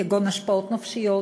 כגון השפעות נפשיות,